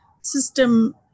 system